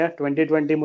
2020